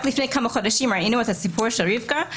רק לפני כמה חודשים ראינו את הסיפור של רבקה,